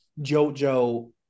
JoJo